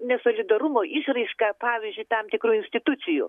ne solidarumo išraišką pavyzdžiui tam tikrų institucijų